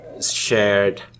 shared